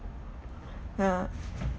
ya